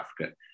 Africa